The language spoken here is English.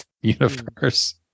universe